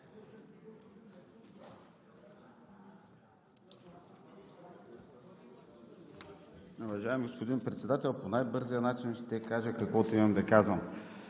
Уважаеми господин Председател, по най-бързия начин ще кажа, каквото имам да казвам.